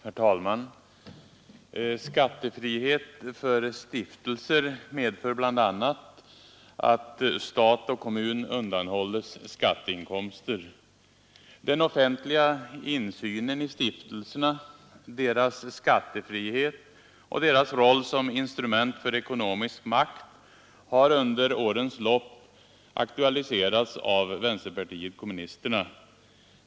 Herr talman! Skattefrihet för stiftelser medför bl.a. att stat och kommun undanhålls skatteinkomster. Den offentliga insynen i stiftelserna samt deras skattefrihet och roll som instrument för ekonomisk makt har under årens lopp aktualiserats av vänsterpartiet kommunisterna.